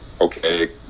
okay